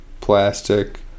plastic